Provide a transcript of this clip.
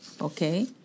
okay